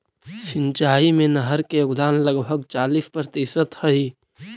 सिंचाई में नहर के योगदान लगभग चालीस प्रतिशत हई